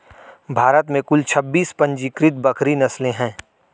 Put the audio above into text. भारत में कुल छब्बीस पंजीकृत बकरी नस्लें हैं